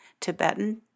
Tibetan